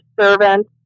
servant